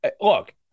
look